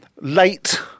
late